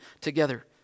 together